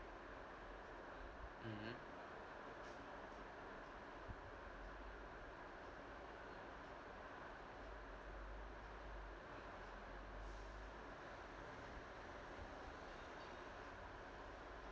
mmhmm